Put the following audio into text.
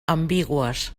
ambigües